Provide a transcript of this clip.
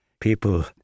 people